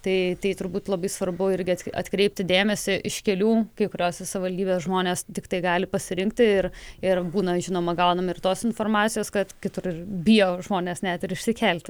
tai turbūt labai svarbu irgi atkreipti dėmesį iš kelių kai kurios savivaldybės žmonės tiktai gali pasirinkti ir ir būna žinoma gauname ir tos informacijos kad kitur bijo žmonės net ir išsikelti